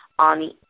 on